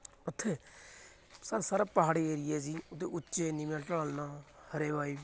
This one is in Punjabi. ਉੱਥੇ ਸਰ ਸਾਰਾ ਪਹਾੜੀ ਏਰੀਏ ਜੀ ਉਹਦੇ ਉੱਚੇ ਨੀਵੇਂ ਢਲਾਣਾਂ ਹਰੇ ਵਾਈ